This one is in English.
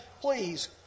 please